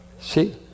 See